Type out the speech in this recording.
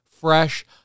fresh